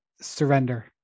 surrender